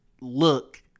look